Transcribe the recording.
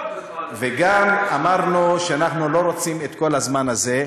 וגם אמרנו שאנחנו לא רוצים את כל הזמן הזה.